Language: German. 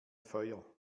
feuer